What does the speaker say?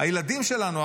הילדים שלנו,